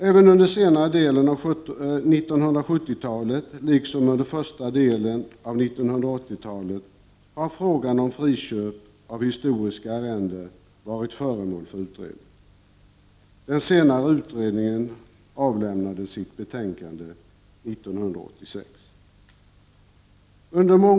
Även under senare delen av 1970-talet, liksom under första delen av 1980 talet, har frågan om friköp av historiska arrenden varit föremål för utredning. Den senaste utredningen avlämnade sitt betänkande 1986.